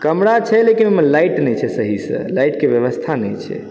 कमरा छै लेकिन ओहिमे लाइट नहि छै सहीसँ लाइटके व्यवस्था नहि छै